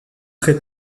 très